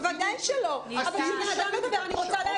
בוודאי שלא, אבל כשבן אדם מדבר אני רוצה להגיב.